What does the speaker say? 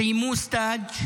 סיימו סטאז'